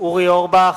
אורי אורבך,